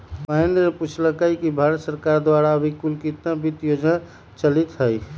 महेंद्र ने पूछल कई कि भारत सरकार द्वारा अभी कुल कितना वित्त योजना चलीत हई?